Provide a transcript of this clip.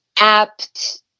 apt